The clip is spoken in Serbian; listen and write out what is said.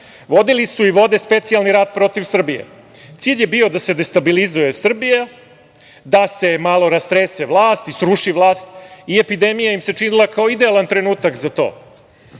Vodili su i vode specijalni rat protiv Srbije. Cilj je bio da se destabilizuje Srbija, da se malo rastrese vlast i sruši vlast i epidemija im se činila kao idealan trenutak za to.